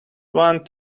one